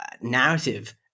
narrative